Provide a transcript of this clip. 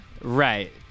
Right